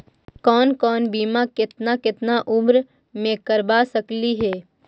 कौन कौन बिमा केतना केतना उम्र मे करबा सकली हे?